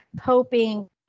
hoping